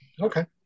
Okay